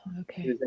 Okay